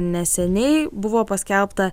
neseniai buvo paskelbta